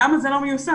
למה זה לא מיושם?